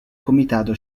comitato